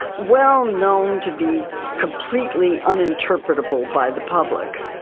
well known to be completely uninterpretable by the public,